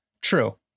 True